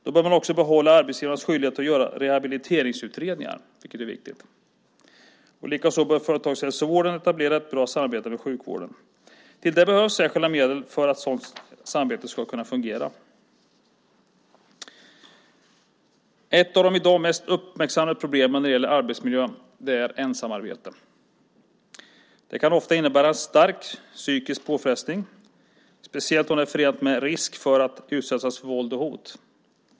Då bör man också behålla arbetsgivarnas skyldighet att göra rehabiliteringsutredningar, vilket är viktigt. Likaså bör företagshälsovården etablera ett bra samarbete med sjukvården. Till det behövs särskilda medel för att ett sådant samarbete ska kunna fungera. Ett av de i dag mest uppmärksammade problemen när det gäller arbetsmiljön är ensamarbete. Det kan ofta innebära en stark psykisk påfrestning, speciellt om det är förenat med risk för att utsättas för våld och hot.